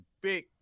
big